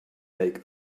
make